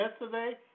yesterday